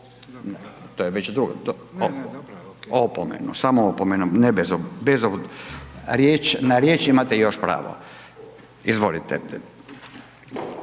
to je već druga. To, opomenu, samo opomenu, ne bez, bez, riječ, na riječ imate još pravo. Izvolite.